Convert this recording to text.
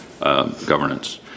governance